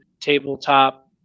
tabletop